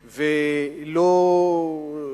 דו-שנתי.